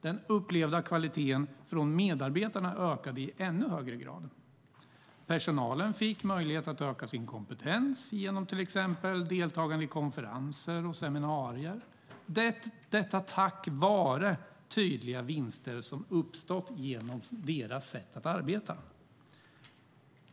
Den upplevda kvaliteten från medarbetarna ökade i ännu högre grad. Personalen fick möjlighet att öka sin kompetens genom till exempel deltagande i konferenser och seminarier, detta tack vare tydliga vinster som uppstått genom deras sätt att arbeta.